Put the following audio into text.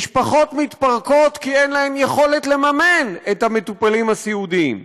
משפחות מתפרקות כי אין להן יכולת לממן את המטופלים הסיעודיים.